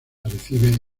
recibe